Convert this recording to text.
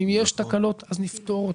ואם יש תקלות אז נפתור אותן.